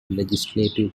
legislative